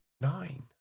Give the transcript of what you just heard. Nine